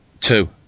Two